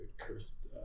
cursed